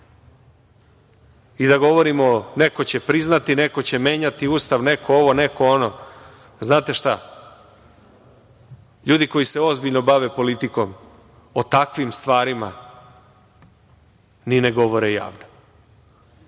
i da govorimo – neko će priznati, neko će menjati Ustav, neko ovo, neko ono. Znate šta, ljudi koji se ozbiljno bave politikom, o takvim stvarima ni ne govore javno. Šta